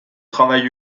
travail